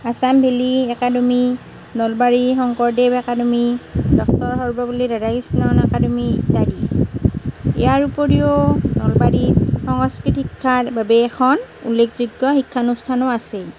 Assam Valley Academy Nalbari Shankardev Academy doctor Sarvepalli Radhakrishnan Academy ইত্যাদি ইয়াৰ উপৰিও নলবাৰীত সংস্কৃত শিক্ষাৰ বাবে এখন উল্লেখযোগ্য শিক্ষানুষ্ঠানো আছে